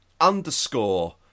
underscore